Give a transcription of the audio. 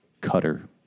Cutter